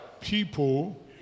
people